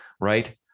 right